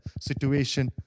situation